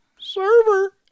server